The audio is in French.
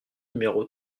numéro